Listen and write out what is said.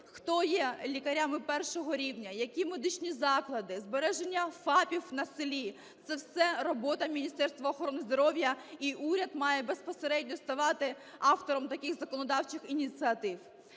хто є лікарями першого рівня, які медичні заклади, збереження фапів на селі – це все робота Міністерства охорони здоров'я, і уряд має безпосередньо ставати автором таких законодавчих ініціатив.